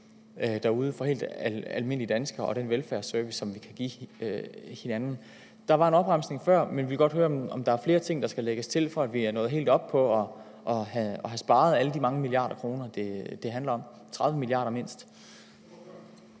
for helt almindelige danskere og den velfærdsservice, som vi kan give hinanden. Der kom en opremsning før, men jeg vil godt høre, om der er flere ting, der skal lægges til, for at vi når helt op på at have sparet alle de mange milliarder kroner, 30 mia. kr. mindst,